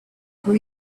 for